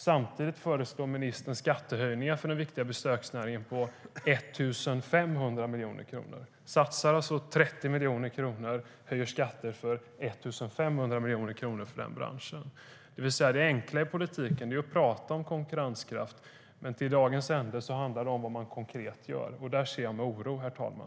Samtidigt föreslår ministern skattehöjningar för den viktiga besöksnäringen på 1 500 miljoner kronor. Man satsar alltså 30 miljoner kronor och höjer skatter med 1 500 miljoner kronor för den branschen. Det enkla i politiken är att prata om konkurrenskraft, men vid dagens ände handlar det om vad man konkret gör. Där har jag en oro, herr talman.